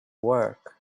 work